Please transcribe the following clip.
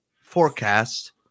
Forecast